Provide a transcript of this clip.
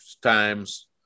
times